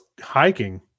hiking